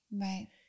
right